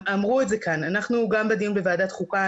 אמרנו את זה גם בדיון בוועדת החוקה,